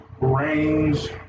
range